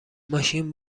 ماشین